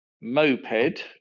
moped